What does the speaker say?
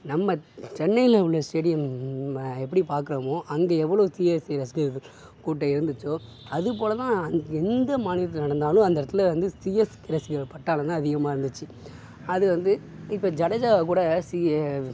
நம்ம சென்னையில் உள்ள ஸ்டேடியம் நம்ம எப்படி பார்க்குறோமோ அங்கே எவ்வளோ சிஎஸ்கே ரசிகர்கள் கூட்டம் இருந்துச்சோ அதுபோல் தான் எந்த மாநிலத்தில் நடந்தாலும் அந்த இடத்துல வந்து சிஎஸ்கே ரசிகர் பட்டாளம்தான் அதிகமாக இருந்துச்சு அது வந்து இப்போ ஜடேஜாவை கூட சி